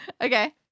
Okay